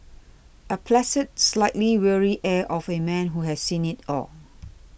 a placid slightly weary air of A man who has seen it all